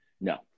No